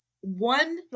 One